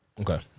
Okay